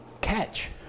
catch